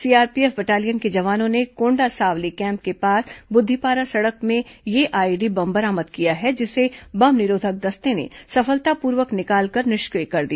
CRPF battalion के जवानों ने कॉडा सावली कैंप के पास बुद्धिपारा सड़क में यह आईडी बम बरामद किया है जिसे बम निरोधक दस्ते ने सफलतापूर्वक निकाल कर निष्क्रिय कर दिया